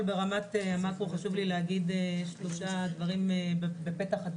ברמת המאקרו בפתח הדברים חשוב לי לומר שלושה דברים כתפיסה.